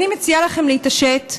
אני מציעה לכם להתעשת,